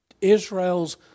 Israel's